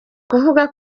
kuvuga